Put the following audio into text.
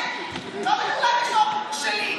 הוא אמור לרדת, שלא ידליק אותך.